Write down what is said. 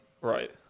Right